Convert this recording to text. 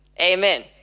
Amen